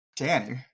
Danny